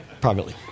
privately